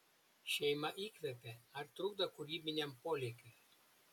šeima įkvepia ar trukdo kūrybiniam polėkiui